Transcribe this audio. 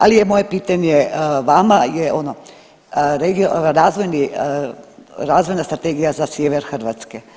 Ali je moje pitanje vama je ono, razvojna strategija za sjever Hrvatske.